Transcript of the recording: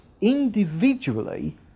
individually